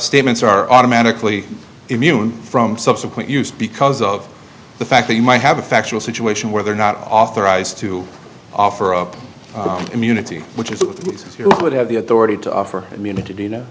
statements are automatically immune from subsequent use because of the fact that you might have a factual situation where they're not authorized to offer up immunity which is it would have the authority to offer immunity